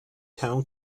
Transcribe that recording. town